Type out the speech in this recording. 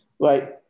Right